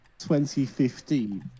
2015